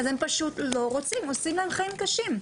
אז הם פשוט לא רוצים, עושים להם חיים קשים.